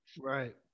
right